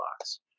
box